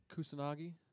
Kusanagi